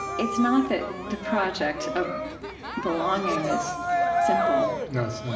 it's not that the project of belonging is simple, no, it's not,